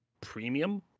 premium